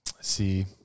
See